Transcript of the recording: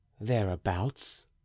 thereabouts